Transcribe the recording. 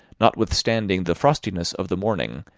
notwithstanding the frostiness of the morning,